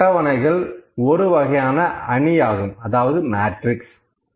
இந்த அட்டவணைகள் ஒருவகையான அணியாகும் அதாவது மேட்ரிக்ஸ்